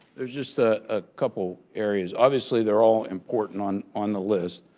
there's just a ah couple areas. obviously they're all important on on the list.